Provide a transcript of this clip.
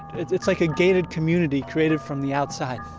it's it's like a gated community created from the outside.